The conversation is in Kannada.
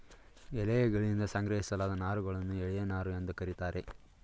ಎಲೆಯಗಳಿಂದ ಸಂಗ್ರಹಿಸಲಾದ ನಾರುಗಳನ್ನು ಎಲೆ ನಾರು ಎಂದು ಕರೀತಾರೆ